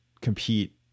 compete